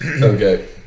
Okay